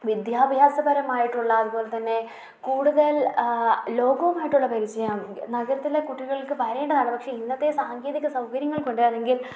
വിദ്യാഭ്യാസപരമായിട്ടുള്ള അതുപോലെത്തന്നെ കൂടുതൽ ലോകവുമായിട്ടുള്ള പരിചയം നഗരത്തിലെ കുട്ടികൾക്ക് വരേണ്ടതാണ് പക്ഷെ ഇന്നത്തെ സാങ്കേതിക സൗകര്യങ്ങൾകൊണ്ട് അല്ലെങ്കിൽ